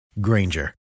Granger